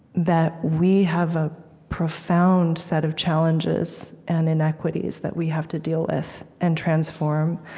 that we have a profound set of challenges and inequities that we have to deal with and transform,